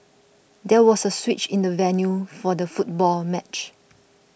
there was a switch in the venue for the football match